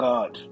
God